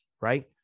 Right